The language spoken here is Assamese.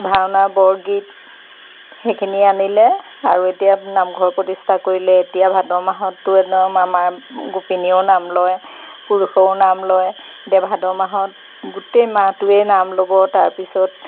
ভাওনা বৰগীত সেইখিনি আনিলে আৰু এতিয়া নামঘৰ প্ৰতিষ্ঠা কৰিলে এতিয়া ভাদ মাহতো একদম আমাৰ গোপিনীয়েও নাম লয় পুৰুষেও নাম লয় এতিয়া ভাদ মাহত গোটেই মাহটোৱেই নাম ল'ব তাৰপিছত